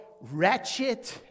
wretched